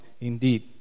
indeed